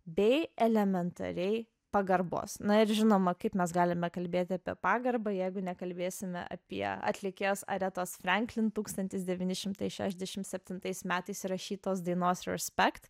bei elementariai pagarbos na ir žinoma kaip mes galime kalbėti apie pagarbą jeigu nekalbėsime apie atlikėjos aretos franklin tūkstantis devyni šimtai šešiasdešim septintais metais įrašytos dainos respect